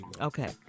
Okay